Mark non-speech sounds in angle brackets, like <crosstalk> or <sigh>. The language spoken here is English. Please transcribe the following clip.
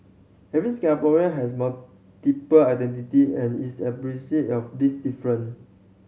every Singaporean has multiple identity and is <unintelligible> of these difference